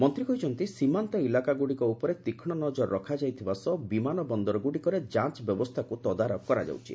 ମନ୍ତ୍ରୀ କହିଛନ୍ତି ସୀମାନ୍ତ ଇଲାକାଗୁଡ଼ିକ ଉପରେ ତୀକ୍ଷ୍ମ ନଜର ରଖାଯାଇଥିବା ସହ ବିମାନ ବନ୍ଦରଗୁଡ଼ିକରେ ଯାଞ୍ଚ ବ୍ୟବସ୍ଥାକୁ ତଦାରଖ କରାଯାଉଛି